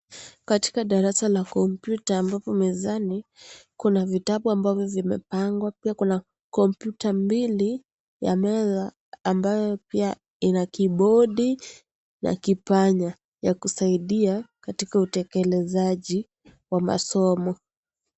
Katika darasa la kompyuta ambapo mezani kuna vitabu ambazo zimepangwa ,pia kuna kompyuta mbili ya meza ambayo pia ina kibodi na kipanya ya kusaidia katika utekelezaji wa masomo.